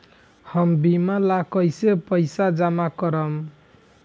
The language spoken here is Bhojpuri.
हम बीमा ला कईसे पईसा जमा करम?